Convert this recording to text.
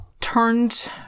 turned